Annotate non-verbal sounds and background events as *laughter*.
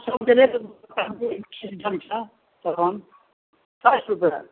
सबके रेट *unintelligible* तहन साठि रुपैए